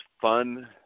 fun